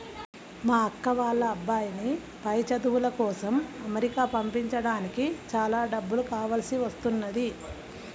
మా అక్క వాళ్ళ అబ్బాయిని పై చదువుల కోసం అమెరికా పంపించడానికి చాలా డబ్బులు కావాల్సి వస్తున్నది